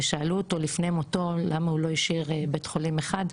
ושאלו אותו לפני מותו למה הוא לא השאיר בית חולים אחד,